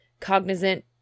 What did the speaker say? cognizant